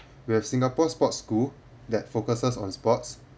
we have singapore sports school that focuses on sports